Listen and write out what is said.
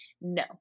No